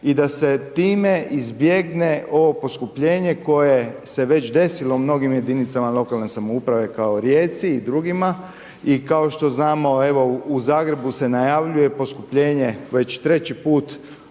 i da se time izbjegne ovo poskupljenje koje se je već desilo u mnogim jedinicama lokalne samouprave, kao Rijeci i drugima i kao što znamo, evo, u Zagrebu se najavljuje poskupljenje već 3 put